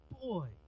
Boy